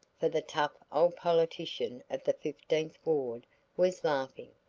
for the tough old politician of the fifteenth ward was laughing,